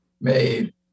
made